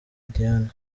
diane